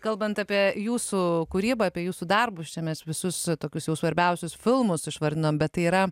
kalbant apie jūsų kūrybą apie jūsų darbus čia mes visus tokius jau svarbiausius filmus išvardinom bet tai yra